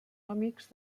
amics